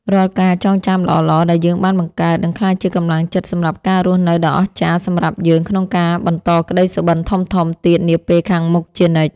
រាល់ការចងចាំល្អៗដែលយើងបានបង្កើតនឹងក្លាយជាកម្លាំងចិត្តសម្រាប់ការរស់នៅដ៏អស្ចារ្យសម្រាប់យើងក្នុងការបន្តក្ដីសុបិនធំៗទៀតនាពេលខាងមុខជានិច្ច។